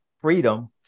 freedom